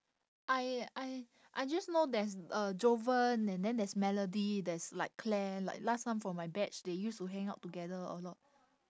I I I just know there's uh jovan and then there's melody there's like claire like last time from my batch they used to hang out together a lot